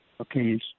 Okay